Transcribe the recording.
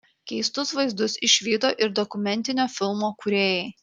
keistus vaizdus išvydo ir dokumentinio filmo kūrėjai